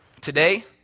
Today